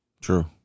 True